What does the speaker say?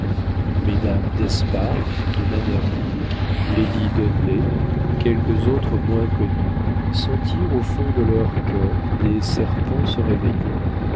mesdames d'espard de manerville lady dudley quelques autres moins connues sentirent au fond de leur cœur des serpents se réveiller